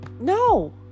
No